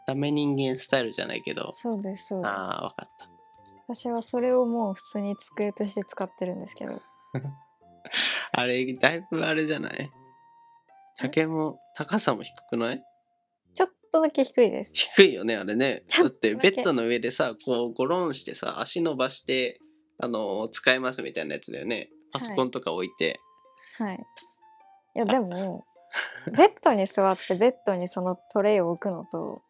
ダメ人間スタイルじゃないけど。そうです、そうです。あー、わかった。私はそれをもう普通に机として使ってるんですけど。 あれ、だいぶあれじゃない？え？竹も、高さも低くない？ちょっとだけ低いです。低いよね、あれね。ちょっとだけ。だってベッドの上でさ、こうゴロンしてさ、足伸ばして、あのー、使えますみたいなやつだよね。はい。パソコンとか置いて。はい。いや、でも、 ベッドに座ってベッドにそのトレイを置くのと